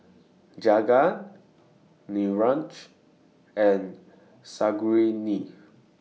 Jagat Niraj and Sarojini